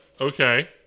Okay